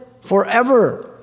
forever